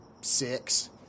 six